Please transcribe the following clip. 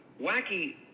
wacky